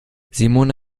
simone